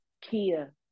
kia